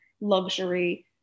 luxury